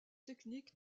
technique